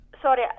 Sorry